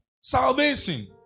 salvation